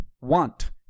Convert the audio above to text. want